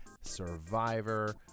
Survivor